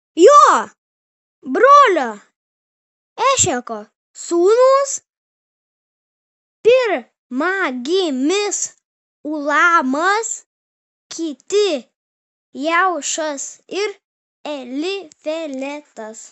jo brolio ešeko sūnūs pirmagimis ulamas kiti jeušas ir elifeletas